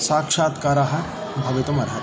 साक्षात्कारः भवितुमर्हति